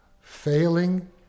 failing